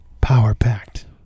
power-packed